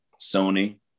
Sony